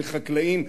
וחקלאים,